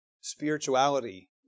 spirituality